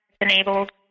enabled